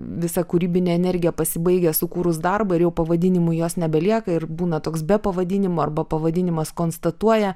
visa kūrybinė energija pasibaigia sukūrus darbą ir pavadinimui jos nebelieka ir būna toks be pavadinimo arba pavadinimas konstatuoja